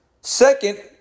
Second